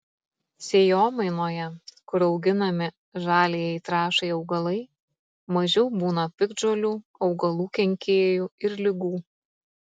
sėjomainoje kur auginami žaliajai trąšai augalai mažiau būna piktžolių augalų kenkėjų ir ligų